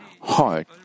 heart